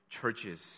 churches